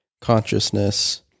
consciousness